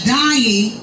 dying